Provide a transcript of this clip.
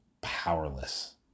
powerless